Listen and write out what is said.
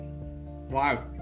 Wow